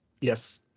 yes